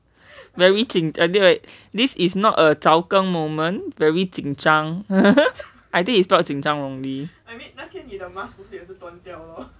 very 紧 I think right this is not a chao keng moment very 紧张 I think you spell 紧张 wrongly